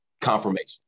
Confirmation